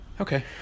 Okay